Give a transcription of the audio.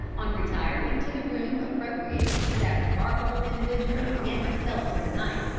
on retiring to the room appropriated to that remarkable individual and myself for the night,